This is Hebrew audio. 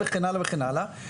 וכן הלאה וכן הלאה.